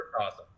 awesome